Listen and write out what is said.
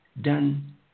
done